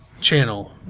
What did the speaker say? channel